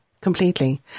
completely